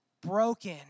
broken